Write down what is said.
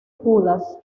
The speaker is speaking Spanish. judas